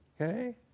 Okay